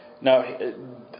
Now